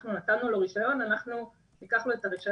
אנחנו נתנו לו רישיון ואנחנו ניקח לו את הרישיון,